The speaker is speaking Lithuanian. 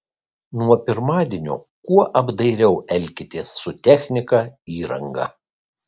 nuo pirmadienio kuo apdairiau elkitės su technika įranga